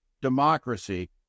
democracy